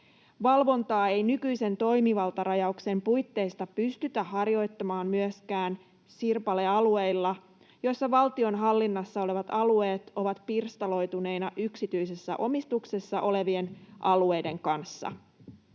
Valvontaa ei nykyisen toimivaltarajauksen puitteissa pystytä harjoittamaan myöskään sirpalealueilla, joissa valtion hallinnassa olevat alueet ovat pirstaloituneina yksityisessä omistuksessa olevien alueiden kanssa.